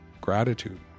gratitude